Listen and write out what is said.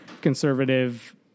conservative